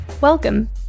Welcome